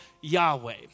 Yahweh